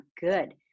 good